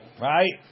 Right